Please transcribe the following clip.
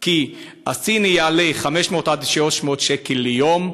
כי הסיני יעלה 500 עד 600 שקל ליום,